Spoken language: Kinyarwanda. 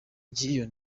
ry’iyo